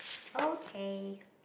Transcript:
okay